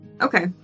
Okay